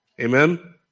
Amen